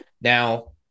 Now